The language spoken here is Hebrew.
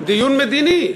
דיון מדיני.